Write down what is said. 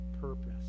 purpose